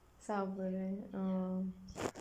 சாவுறது:saavurathu